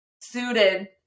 suited